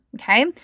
Okay